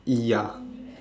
ya